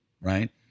Right